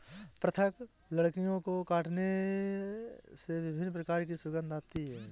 पृथक लकड़ियों को काटने से विभिन्न प्रकार की सुगंध आती है